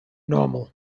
normal